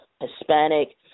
Hispanic